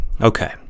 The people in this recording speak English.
Okay